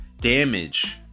damage